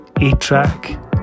A-Track